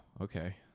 Okay